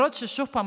שוב פעם,